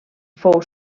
fou